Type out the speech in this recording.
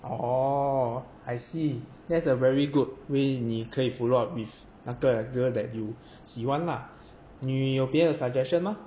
orh I see that's a very good way 你可以 follow up with 那个 girl that you 喜欢 lah 你有别的 suggestion mah